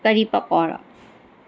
کر پکوڑا